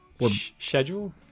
Schedule